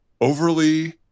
overly